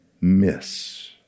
miss